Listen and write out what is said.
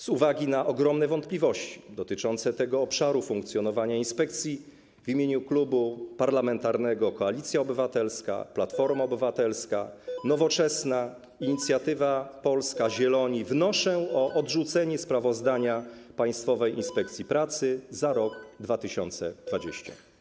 Z uwagi na ogromne wątpliwości dotyczące tego obszaru funkcjonowania inspekcji w imieniu Klubu Parlamentarnego Koalicja Obywatelska - Platforma Obywatelska, Nowoczesna, Inicjatywa Polska, Zieloni wnoszę o odrzucenie sprawozdania Państwowej Inspekcji Pracy za rok 2020.